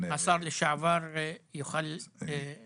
שהשר לשעבר יוכל להעשיר אותנו.